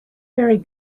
very